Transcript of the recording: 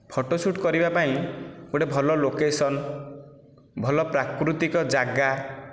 photo shoot କରିବା ପାଇଁ ଗୋଟିଏ ଭଲ ଲୋକେସନ୍ ଭଲ ପ୍ରାକୃତିକ ଯାଗା